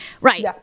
Right